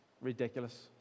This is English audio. Ridiculous